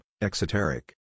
exoteric